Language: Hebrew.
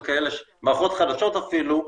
מערכות חדשות אפילו,